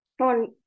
on